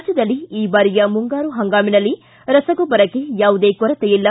ರಾಜ್ಯದಲ್ಲಿ ಈ ಬಾರಿಯ ಮುಂಗಾರು ಹಂಗಾಮಿನಲ್ಲಿ ರಸಗೊಬ್ಬರಕ್ಕೆ ಯಾವುದೇ ಕೊರತೆ ಇಲ್ಲ